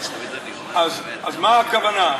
אז מה הכוונה?